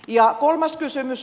ja kolmas kysymys